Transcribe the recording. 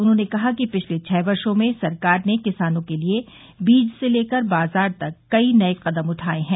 उन्होंने कहा कि पिछले छह वर्षो में सरकार ने किसानों के लिए बीज से लेकर बाजार तक कई नए कदम उठाए हैं